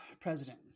president